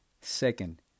Second